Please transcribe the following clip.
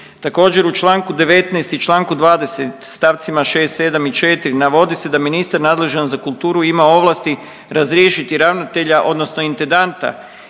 Također u Članku 19. i Članku 20. stavcima 6., 7. i 4. navodi se da ministar nadležan za kulturu ima ovlasti razriješiti ravnatelja odnosno intendanta